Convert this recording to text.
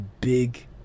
big